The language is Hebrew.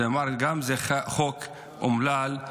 זה גם חוק אומלל,